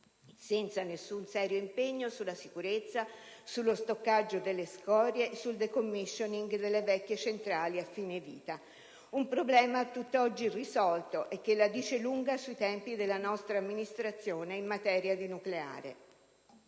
senza nessun serio impegno sulla sicurezza, sullo stoccaggio delle scorie, sul *decommissioning* delle vecchie centrali a fine vita. Un problema tutt'oggi irrisolto e che la dice lunga sui tempi della nostra amministrazione in materia di nucleare.